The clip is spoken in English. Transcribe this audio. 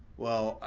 well,